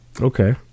Okay